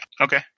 Okay